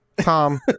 Tom